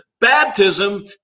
baptism